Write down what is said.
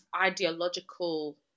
ideological